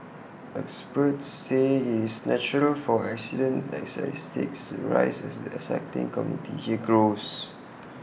experts say IT is natural for accident statistics to rise as the cycling community here grows